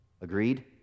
Agreed